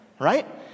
right